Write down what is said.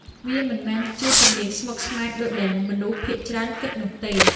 វាមិនមែនជាជំនាញស្មុគស្មាញដូចដែលមនុស្សភាគច្រើនគិតនោះទេ។